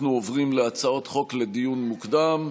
אנחנו עוברים להצעות חוק לדיון מוקדם.